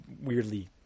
weirdly